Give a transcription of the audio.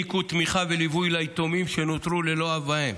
גם העניקו תמיכה וליווי ליתומים שנותרו ללא אב ואם.